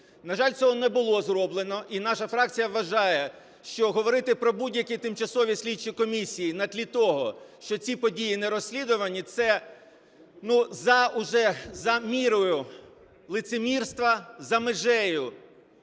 На жаль, цього не було зроблено і наша фракція вважає, що говорити про будь-які тимчасові слідчі комісії на тлі того, що ці події не розслідувані – це за уже за мірою лицемірства, за межею